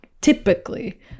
Typically